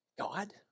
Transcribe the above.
God